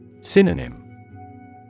Synonym